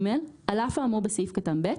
על אף האמור בסעיף קטן (ב),